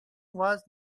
was